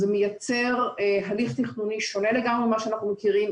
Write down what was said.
זה מייצר הליך תכנוני שונה לגמרי ממה שאנחנו מכירים,